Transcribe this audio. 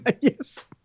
Yes